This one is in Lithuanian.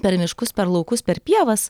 per miškus per laukus per pievas